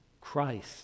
Christ